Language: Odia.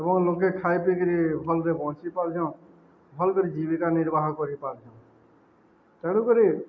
ଏବଂ ଲୋକେ ଖାଇ ପିଇକିରି ଭଲରେ ବଞ୍ଚିପାରୁଚନ୍ ଭଲ କରି ଜୀବିକା ନିର୍ବାହ କରିପାରୁଚନ୍ ତେଣୁକରି